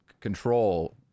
control